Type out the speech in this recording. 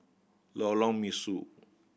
Lorong Mesu